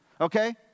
Okay